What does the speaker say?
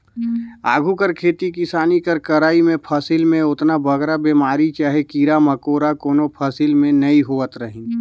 आघु कर खेती किसानी कर करई में फसिल में ओतना बगरा बेमारी चहे कीरा मकोरा कोनो फसिल में नी होवत रहिन